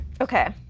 Okay